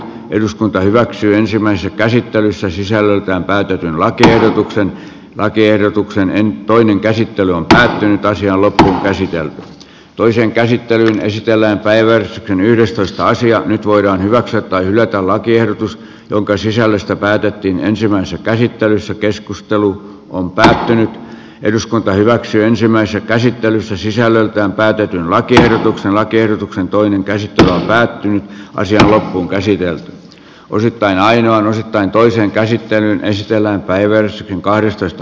eduskunta hyväksyy ensimmäisessä käsittelyssä sisällöltään väitetyn lakiehdotuksen laati ehdotuksen eun toinen käsittely on tosin taisi olla täällä esityön toiseen käsittelyyn esitellään päivä yhdestoista sija nyt voidaan hyväksyä tai hylätä lakiehdotus jonka sisällöstä päätettiin ensimmäisessä käsittelyssä keskustelu on pysähtynyt eduskunta hyväksyy ensimmäistä käsittelyssä sisällöltään päätetyn lakiehdotuksen lakiehdotuksen toinen käsittely päättyi naisia loppuunkäsitelty osittain ainoan osittain toiseen käsittelyyn esitellään päiväys kahdestoista